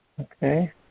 Okay